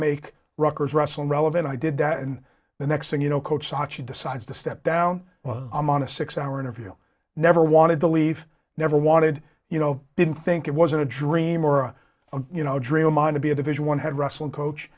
make records wrestle relevant i did that and the next thing you know coach saatchi decides to step down i'm on a six hour interview never wanted to leave never wanted you know didn't think it wasn't a dream or a you know a dream of mine to be a division one head wrestling coach